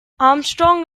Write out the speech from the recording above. armstrong